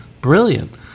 brilliant